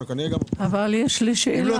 בדרך כלל אתה מבין נכון.